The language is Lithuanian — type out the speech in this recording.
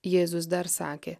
jėzus dar sakė